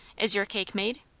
is your cake made?